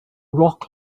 rock